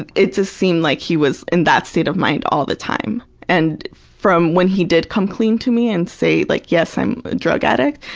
it it just seemed like he was in that state of mind all the time. and from when he did come clean to me and say, like, yes, i'm a drug addict,